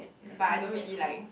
but I don't really like